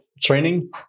training